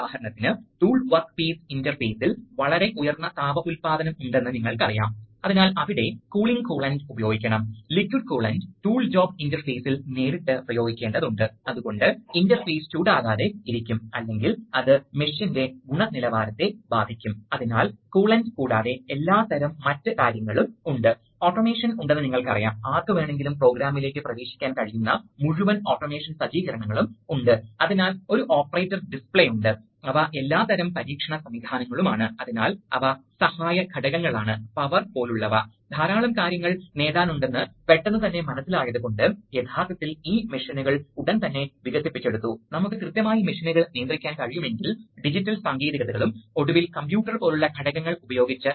flow control വാൽവുകൾ പ്രധാനമായും ആക്ചൂവേറ്റർറിന്റെ നിയന്ത്രിത വേഗത കൈവരിക്കാൻ ഉപയോഗിക്കുന്നു പ്രത്യേകിച്ചും അത് ലോഡ് ഡ്രൈവ് ചെയ്യുമ്പോൾ അതിനാൽ നമ്മൾ ഹൈഡ്രോളിക്സിൽ സൂചിപ്പിച്ചതുപോലെ നിങ്ങൾക്കറിയാം ചിലപ്പോൾ അത് പിൻവലിക്കുമ്പോൾ സമയം ലാഭിക്കാൻ ഉയർന്ന വേഗതയിൽ ആയിരിക്കണം എന്നാൽ അത് ലോഡ് എടുക്കുമ്പോൾ അത് കുറഞ്ഞ വേഗതയിലായിരിക്കണം ചിലപ്പോൾ പ്രവർത്തനത്തിൻറെ ഒരു ഭാഗം അത് ഒരു വേഗതയിലായിരിക്കാം പ്രവർത്തനത്തിന് അവസാനത്തിൽ ഇത് വേഗത കുറഞ്ഞതാകാം കാരണം ലോഡിന് സാധാരണഗതിയിൽ നിഷ്ക്രിയതയുണ്ട് നിങ്ങൾ ലോഡ് വളരെ വേഗത്തിൽ തള്ളുകയാണെങ്കിൽ വളരെയധികം ഗതികോർജ്ജം ലോഡിൽ അടിഞ്ഞു കൂടുകയും അത് പോയി എന്തെങ്കിലും ഇടിക്കുകയും ചെയ്യും